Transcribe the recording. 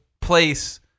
place